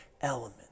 element